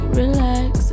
relax